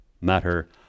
matter